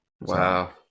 Wow